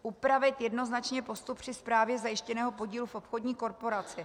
Upravit jednoznačně postup při správě zajištěného podílu v obchodní korporaci.